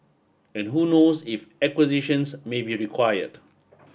and who knows if acquisitions may be required